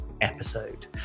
episode